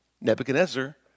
Nebuchadnezzar